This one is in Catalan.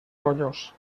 rotllos